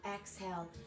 exhale